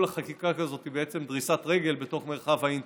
כל חקיקה כזאת היא בעצם דריסת רגל בתוך מרחב האינטרנט.